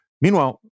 Meanwhile